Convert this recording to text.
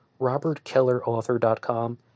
RobertKellerAuthor.com